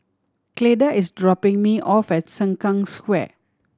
Cleda is dropping me off at Sengkang Square